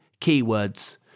keywords